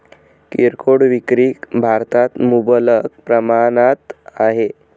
किरकोळ विक्री भारतात मुबलक प्रमाणात आहे